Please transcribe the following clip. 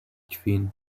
kvin